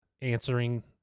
answering